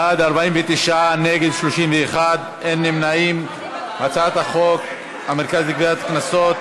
ההצעה להעביר את הצעת חוק המרכז לגביית קנסות,